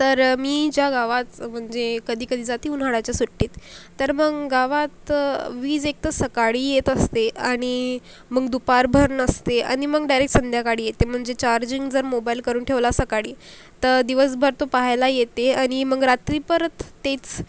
तर मी ज्या गावाच म्हणजे कधी कधी जाती उन्हाळ्याच्या सुट्टीत तर मग गावात वीज एकतर सकाळी येत असते आणि मग दुपारभर नसते आणि मग डायरेक संध्याकाळी येते म्हणजे चार्जिंग जर मोबाईल करून ठेवला सकाळी तर दिवसभर तो पाहायला येते आणि मग रात्री परत तेच